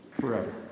forever